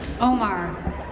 Omar